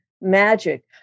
magic